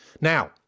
Now